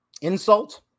insult